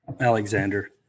Alexander